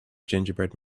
gingerbread